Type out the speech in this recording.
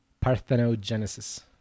parthenogenesis